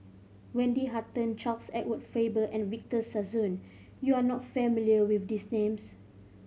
Wendy Hutton Charles Edward Faber and Victor Sassoon you are not familiar with these names